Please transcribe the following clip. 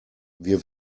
wir